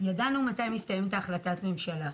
וידענו מתי מסתיימת החלטת הממשלה.